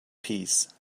peace